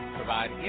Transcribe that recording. provide